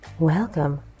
Welcome